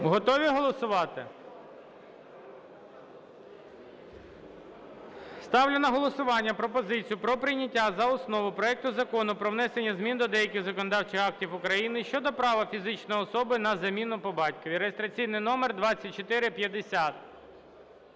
Готові голосувати? Ставлю на голосування пропозицію про прийняття за основу проекту Закону про внесення змін до деяких законодавчих актів України щодо права фізичної особи на заміну по батькові (реєстраційний номер 2450)